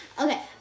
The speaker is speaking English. Okay